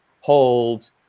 hold